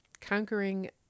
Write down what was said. Conquering